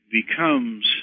becomes